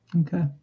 Okay